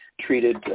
treated